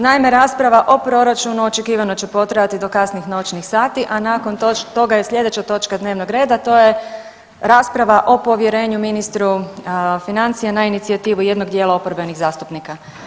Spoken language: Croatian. Naime, rasprava o proračunu očekivano će potrajati do kasnih noćnih sati, a nakon toga je slijedeća točka dnevnog reda, a to je rasprava o povjerenju ministru financija na inicijativu jednog dijela oporbenih zastupnika.